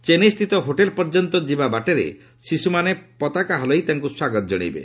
ଚେନ୍ନାଇସ୍ଥିତ hotel ପର୍ଯ୍ୟନ୍ତ ଯିବା ବାଟରେ ଶିଶୁମାନେ ପତାକା ହଲାଇ ତାଙ୍କୁ ସ୍ୱାଗତ କଣେଇବେ